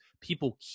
People